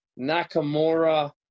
Nakamura